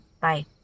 bye